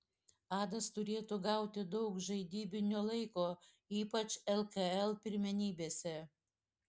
adas turėtų gauti daug žaidybinio laiko ypač lkl pirmenybėse